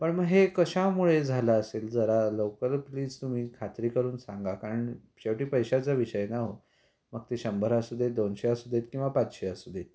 पण मग हे कशामुळे झालं असेल जरा लवकर प्लीज तुम्ही खात्री करून सांगा कारण शेवटी पैशाचा विषय नाव हो मग ते शंभर असू दे दोनशे असू देत किंवा पाचशे असू दे